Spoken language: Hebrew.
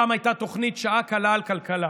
פעם הייתה תוכנית "שעה קלה על כלכלה"